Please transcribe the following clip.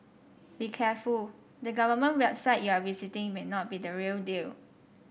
be careful the government website you are visiting may not be the real deal